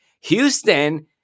Houston